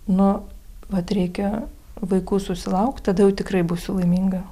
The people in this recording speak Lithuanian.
nu vat reikia vaikų susilaukt tada jau tikrai būsiu laiminga